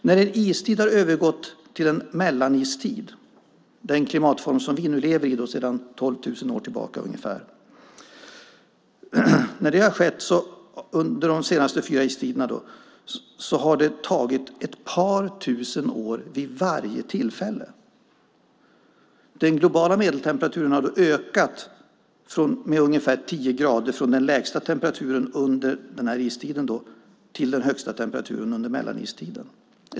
När en istid har övergått till en mellanistid, den klimatform som vi lever i sedan 12 000 år tillbaka ungefär, under de senaste fyra istiderna har det tagit ett par tusen år vid varje tillfälle. Den globala medeltemperaturen har då ökat med ungefär tio grader från den lägsta temperaturen under den här istiden till den högsta temperaturen under mellanistiden.